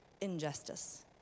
injustice